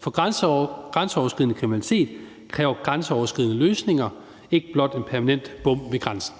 For grænseoverskridende kriminalitet kræver grænseoverskridende løsninger, ikke blot en permanent bom ved grænsen.